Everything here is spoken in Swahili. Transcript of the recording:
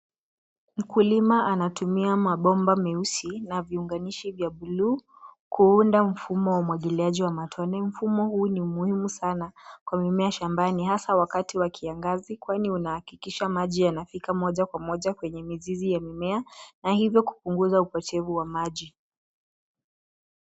Mkulima anatumia mabomba meusi na viunganiahi vya bluu kuunda mfumo wa umwangiliaji wa matone. Mfumo huu ni muhimu sana kwa mimea shambani hasa wakati wa kiangazi kwani unahakikisha maji yanafika moja kwa moja kwenye mizizi ya mimea na hivyo kupunguza upotevu wa maji.